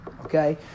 okay